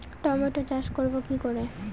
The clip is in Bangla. টমেটো চাষ করব কি করে?